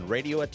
Radio